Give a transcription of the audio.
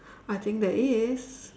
I think there is